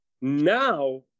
now